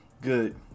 Good